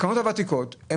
הקרנות הוותיקות.